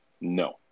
No